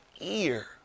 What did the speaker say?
ear